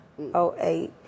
08